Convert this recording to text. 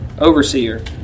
overseer